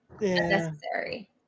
Unnecessary